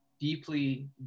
deeply